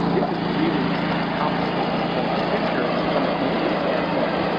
this is really complicating the clinical picture, and from a clinician's standpoint,